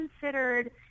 considered